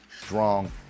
strong